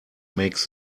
makes